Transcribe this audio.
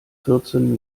vierzehn